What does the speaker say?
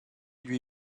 lui